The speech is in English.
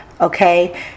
okay